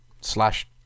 slash